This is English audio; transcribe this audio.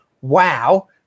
Wow